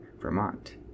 Vermont